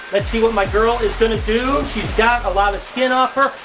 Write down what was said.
let's see what my girl is gonna do, she's got a lot of skin off her,